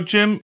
Jim